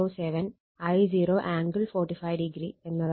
707 I0 angle 45° എന്നതാണ്